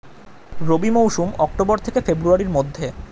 রবি মৌসুম অক্টোবর থেকে ফেব্রুয়ারির মধ্যে